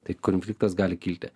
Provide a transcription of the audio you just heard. tai konfliktas gali kilti